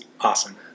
awesome